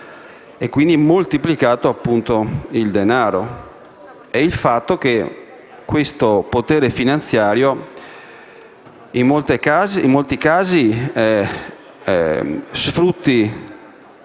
e, quindi, moltiplicato il denaro e il fatto che questo potere finanziario, in molti casi, sfrutta